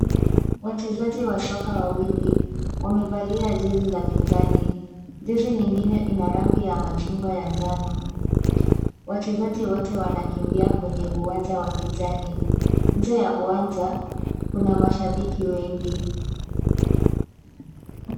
Wachezaji wa soka wawili wamevalia jezi za kijani ,jezi nyingine ina rangi ya machungwa ya njano. Wachezaji wote wanakimbia kwenye uwanja wa kijani. Nje ya uwanja kuna mashabiki wengi.